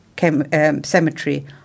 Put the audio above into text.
Cemetery